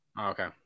Okay